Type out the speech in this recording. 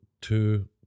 two